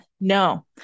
No